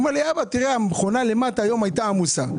אומר: המכונה למטה הייתה עמוסה.